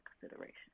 consideration